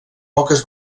poques